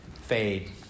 fade